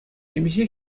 темиҫе